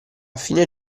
fine